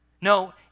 No